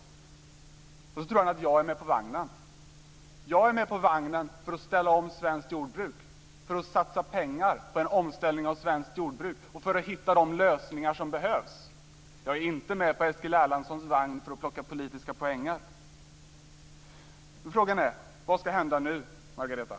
Och Eskil Erlandsson tror att jag är med på vagnen. Jag är med på vagnen för att ställa om svenskt jordbruk, för att satsa pengar på en omställning av svenskt jordbruk och för att hitta de lösningar som behövs. Jag är inte med på Eskil Erlandssons vagn för att plocka politiska poäng. Så frågan är: Vad ska hända nu, Margareta?